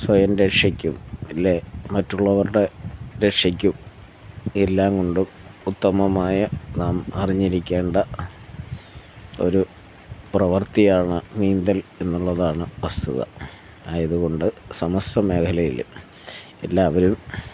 സ്വയംരക്ഷയ്ക്കും അല്ലെങ്കിൽ മറ്റുള്ളവരുടെ രക്ഷയ്ക്കും എല്ലാംകൊണ്ടും ഉത്തമമായ നാം അറിഞ്ഞിരിക്കേണ്ട ഒരു പ്രവർത്തിയാണ് നീന്തൽ എന്നുള്ളതാണ് വസ്തുത ആയതുകൊണ്ട് സമസ്തമേഖലയിൽ എല്ലാവരും